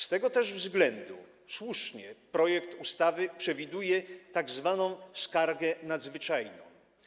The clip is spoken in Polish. Z tego też względu, słusznie, projekt ustawy przewiduje tzw. skargę nadzwyczajną.